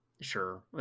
sure